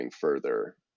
further